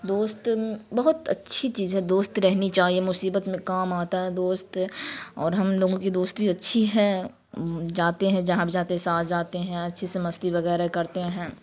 دوست بہت اچھی چیز ہے دوست رہنی چاہیے مصیبت میں کام آتا ہے دوست اور ہم لوگوں کی دوستی اچھی ہے جاتے ہیں جہاں بھی جاتے ہیں ساتھ جاتے ہیں اچھے سے مستی وغیرہ کرتے ہیں